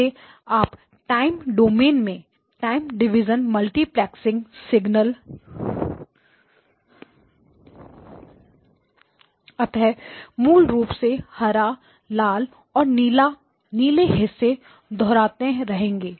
इसे आप time domain में टाइम डिवीज़न मल्टीप्लेक्सिंग सिंगल्स अतः मूल रूप से हरा लाल और नीले हिस्से दोहराते रहेंगे